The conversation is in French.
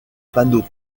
panneaux